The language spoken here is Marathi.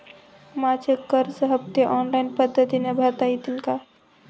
माझे कर्ज हफ्ते ऑनलाईन पद्धतीने भरता येतील का?